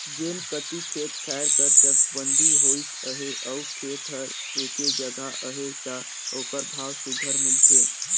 जेन कती खेत खाएर कर चकबंदी होइस अहे अउ खेत हर एके जगहा अहे ता ओकर भाव सुग्घर मिलथे